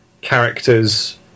characters